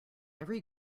every